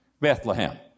Bethlehem